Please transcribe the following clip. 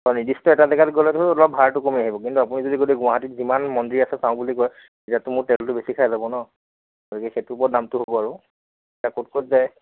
নিৰ্দিষ্ট এটা জেগাত গ'লেতো অলপ ভাড়াটো কমি আহিব কিন্তু আপুনি যদি গোটেই গুৱাহাটী যিমান মন্দিৰ আছে চাম বুলি কয় তেতিয়াতো মোৰ তেলটো বেছি খাই যাব ন গতিকে সেইটোৰ ওপৰত দামটো হ'ব আৰু এতিয়া ক'ত ক'ত যায়